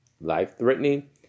life-threatening